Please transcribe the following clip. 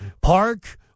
park